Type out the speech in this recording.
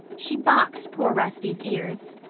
she boxed poor rusty's ears.